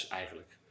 eigenlijk